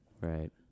right